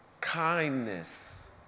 kindness